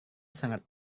sangat